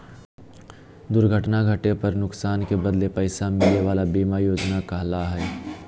दुर्घटना घटे पर नुकसान के बदले पैसा मिले वला बीमा योजना कहला हइ